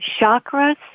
chakras